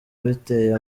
biteye